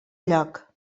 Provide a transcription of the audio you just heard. lloc